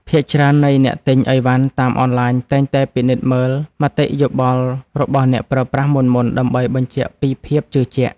ភាគច្រើននៃអ្នកទិញឥវ៉ាន់តាមអនឡាញតែងតែពិនិត្យមើលមតិយោបល់របស់អ្នកប្រើប្រាស់មុនៗដើម្បីបញ្ជាក់ពីភាពជឿជាក់។